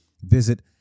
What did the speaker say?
visit